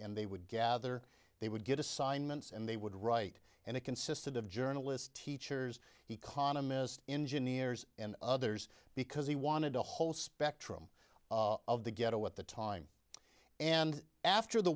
and they would gather they would get assignments and they would write and it consisted of journalist teachers he con a mist engineers and others because he wanted a whole spectrum of the ghetto at the time and after the